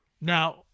Now